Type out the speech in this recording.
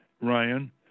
Ryan